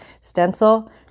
stencil